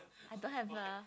I don't have a